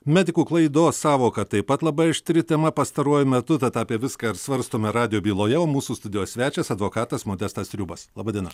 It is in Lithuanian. medikų klaidos sąvoka taip pat labai aštri tema pastaruoju metu tad apie viską ir svarstome radijo byloje mūsų studijos svečias advokatas modestas sriubas laba diena